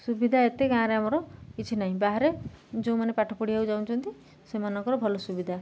ସୁବିଧା ଏତେ ଗାଁରେ ଆମର କିଛି ନାହିଁ ବାହାରେ ଯେଉଁମାନେ ପାଠ ପଢ଼ିବାକୁ ଯାଉଁଛନ୍ତି ସେମାନଙ୍କର ଭଲ ସୁବିଧା